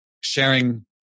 sharing